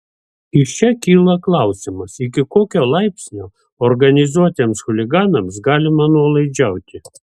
iš čia kyla klausimas iki kokio laipsnio organizuotiems chuliganams galima nuolaidžiauti